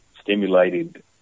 stimulated